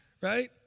Right